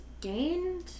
gained